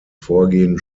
vorgehen